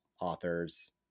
authors